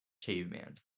caveman